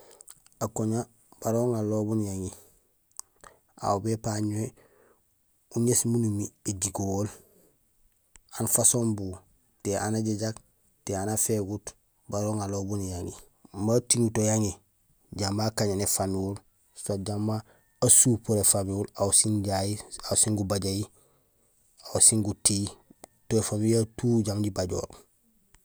Akoña bala uŋanlool bun niyaŋi, aw bé pañé uŋéés miin umi éjikohool, aan façon bu; té aan ajajak, té aan afégut bala uŋanlool bun niyaŋi imbi atiŋul to yaŋi jambi akajéén éfamihol soit jamba asupoor éfamihol aw siin jahi, siin gubajahi, aw sin gutihi, do é famille yayu tout jambi jibajoor.